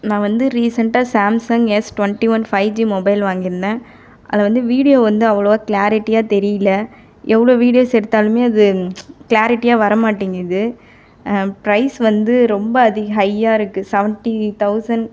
நான் வந்து ரீசென்ட்டாக Samsung S twenty one five G mobile வாங்கியிருந்தேன் அது வந்து வீடியோ வந்து அவ்வளோவா கிளாரிட்டியாக தெரிலே எவ்வளோ வீடியோஸ் எடுத்தாலுமே அது கிளாரிட்டியாக வர மாட்டேங்குது ப்ரைஸ் வந்து ரொம்ப அதிக ஹையா இருக்குது சவன்ட்டி தவுசண்ட்